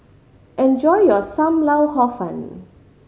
enjoy your Sam Lau Hor Fun